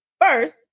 first